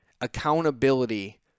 Accountability